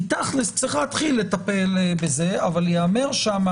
צריך להתחיל לטפל בזה, אבל ייאמר שם